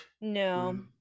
No